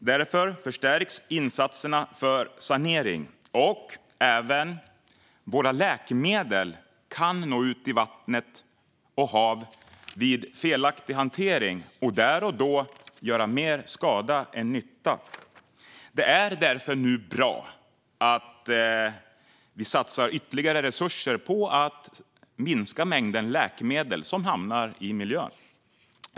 Därför förstärks insatserna för sanering. Även våra läkemedel kan nå ut i vatten och hav vid felaktig hantering och där och då göra mer skada än nytta. Därför är det bra att regeringen nu satsar ytterligare resurser på att minska mängden läkemedel som hamnar i miljön.